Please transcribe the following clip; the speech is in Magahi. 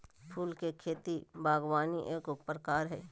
फूल के खेती बागवानी के एगो प्रकार हइ